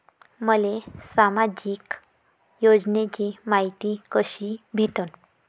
मले सामाजिक योजनेची मायती कशी भेटन?